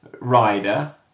rider